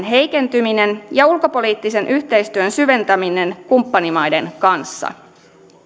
heikentyminen ja ulkopoliittisen yhteistyön syventäminen kumppanimaiden kanssa